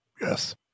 Yes